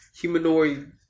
humanoid